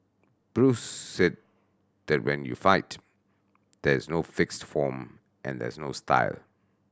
Bruce said that when you fight there is no fixed form and there is no style